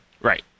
Right